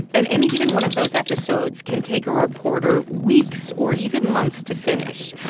and any given one of those episodes can take a reporter weeks or even months to finish.